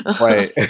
Right